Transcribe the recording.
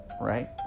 Right